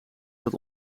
dat